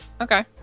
Okay